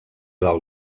del